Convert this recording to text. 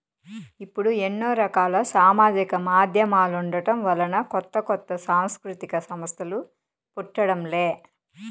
ఇప్పుడు ఎన్నో రకాల సామాజిక మాధ్యమాలుండటం వలన కొత్త కొత్త సాంస్కృతిక సంస్థలు పుట్టడం లే